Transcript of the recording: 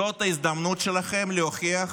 זאת ההזדמנות שלכם להוכיח